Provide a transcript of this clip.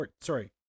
Sorry